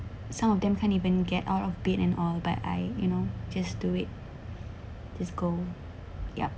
some of them can't even get out of bed and all but I you know just do it just go yup